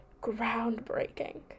groundbreaking